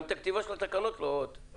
גם את הכתיבה של התקנות אתם לא מקדמים.